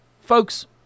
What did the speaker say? Folks